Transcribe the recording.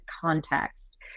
context